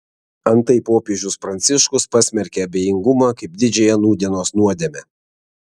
antai popiežius pranciškus pasmerkė abejingumą kaip didžiąją nūdienos nuodėmę